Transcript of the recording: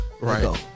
Right